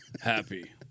happy